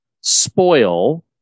spoil